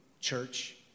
church